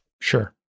Sure